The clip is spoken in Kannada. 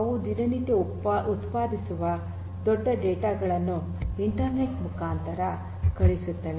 ಅವು ದಿನನಿತ್ಯ ಉತ್ಪಾದಿಸುವ ದೊಡ್ಡ ಡೇಟಾ ಗಳನ್ನು ಇಂಟರ್ನೆಟ್ ಮುಖಾಂತರ ಕಳುಹಿಸುತ್ತವೆ